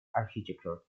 architecture